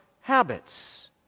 habits